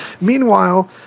Meanwhile